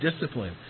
discipline